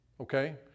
Okay